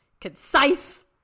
concise